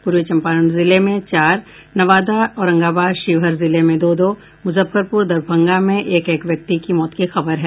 पूर्वी चम्पारण जिले में चार नवादा औरंगाबाद और शिवहर जिले में दो दो मुजफ्फरपुर और दरभंगा में एक एक व्यक्ति की मौत की खबर है